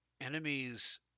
enemies